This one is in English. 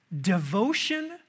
Devotion